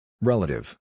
Relative